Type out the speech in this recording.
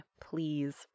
please